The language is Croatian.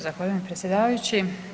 Zahvaljujem predsjedavajući.